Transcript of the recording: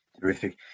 Terrific